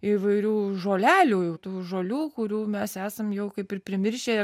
įvairių žolelių tų žolių kurių mes esam jau kaip ir primiršę